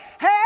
hey